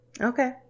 Okay